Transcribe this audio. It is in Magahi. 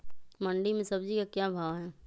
मंडी में सब्जी का क्या भाव हैँ?